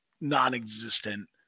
non-existent